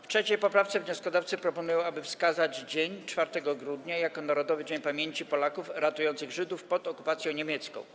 W 3. poprawce wnioskodawcy proponują, aby wskazać dzień 4 grudnia jako Narodowy Dzień Pamięci Polaków ratujących Żydów pod okupacją niemiecką.